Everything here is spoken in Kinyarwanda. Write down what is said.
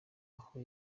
aho